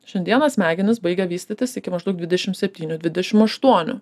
šiandieną smegenys baigia vystytis iki maždaug dvidešim septynių dvidešim aštuonių